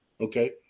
okay